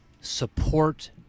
support